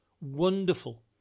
wonderful